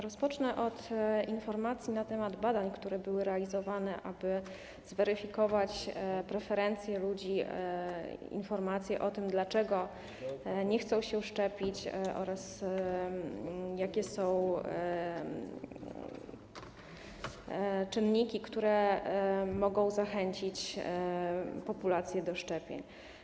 Rozpocznę od informacji na temat badań, które były realizowane, aby zweryfikować preferencje ludzi, informacji o tym, dlaczego nie chcą się szczepić, oraz jakie są czynniki, które mogą zachęcić populację do szczepień.